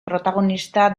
protagonista